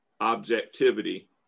objectivity